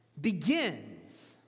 begins